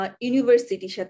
university